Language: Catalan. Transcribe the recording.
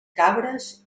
cabres